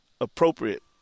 appropriate